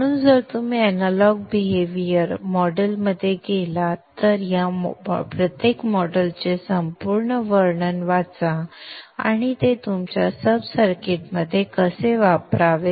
म्हणून जर तुम्ही अॅनालॉग वर्तणूक मॉडेलमध्ये गेलात तर या प्रत्येक मॉडेलचे संपूर्ण वर्णन वाचा आणि ते तुमच्या सब सर्किटमध्ये कसे वापरावे